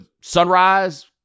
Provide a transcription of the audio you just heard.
Sunrise